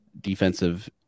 defensive